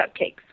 cupcakes